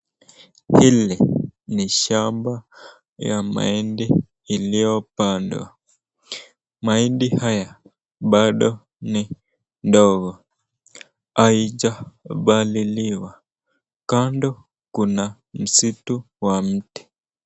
Hili ni shamba ya mahindi iliyopandwa , mahindi haya bado ni ndogo ,haijapaliliwa kando kuna msitu wa mti.